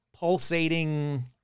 pulsating